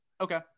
Okay